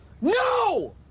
No